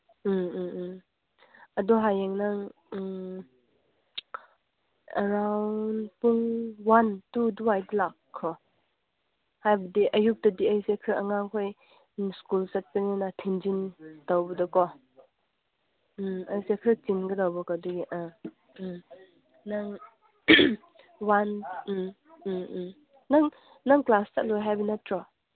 ꯎꯝ ꯎꯝ ꯎꯝ ꯑꯗꯣ ꯍꯌꯦꯡ ꯅꯪ ꯎꯝ ꯑꯦꯔꯥꯎꯟ ꯄꯨꯡ ꯋꯥꯟ ꯇꯨ ꯑꯗꯨꯋꯥꯏꯗ ꯂꯥꯛꯑꯣ ꯍꯥꯏꯕꯗꯤ ꯑꯌꯨꯛꯇꯗꯤ ꯑꯩꯁꯦ ꯈꯔ ꯑꯉꯥꯡ ꯈꯣꯏ ꯁ꯭ꯀꯨꯜ ꯆꯠꯄꯅꯤꯅ ꯊꯤꯟꯖꯤꯟ ꯇꯧꯕꯗꯣꯀꯣ ꯎꯃ ꯑꯩꯁꯦ ꯈꯔ ꯆꯤꯟꯒꯗꯧꯕꯀꯣ ꯑꯗꯨꯒꯤ ꯑ ꯎꯝ ꯅꯪ ꯋꯥꯟ ꯎꯝ ꯎꯝ ꯅꯪ ꯅꯪ ꯀ꯭ꯂꯥꯁ ꯆꯠꯂꯣꯏ ꯍꯥꯏꯕ ꯅꯠꯇ꯭ꯔꯣ